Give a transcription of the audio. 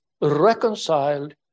reconciled